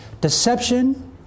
Deception